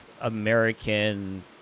American